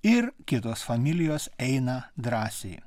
ir kitos familijos eina drąsiai